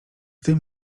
tym